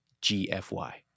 G-F-Y